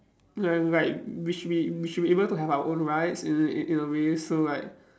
like like we should we we should be able to have our own rights in a in a way so like